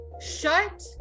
shut